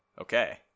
Okay